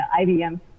IBM